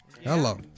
Hello